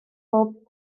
pob